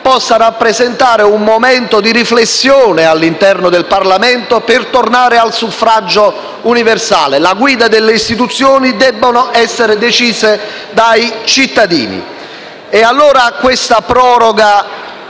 possa rappresentare un momento di riflessione all'interno del Parlamento, per tornare al suffragio universale. La guida delle istituzioni deve essere decisa dai cittadini. Questa proroga